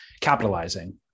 capitalizing